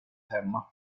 hemma